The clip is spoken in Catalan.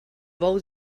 bou